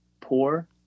poor